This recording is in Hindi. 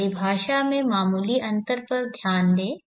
तो परिभाषा में मामूली अंतर पर ध्यान दें